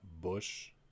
Bush